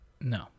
no